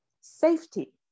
safety